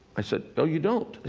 i said, oh, you don't?